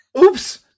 oops